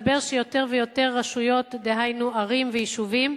מסתבר שיותר ויותר רשויות, דהיינו ערים ויישובים,